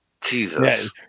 Jesus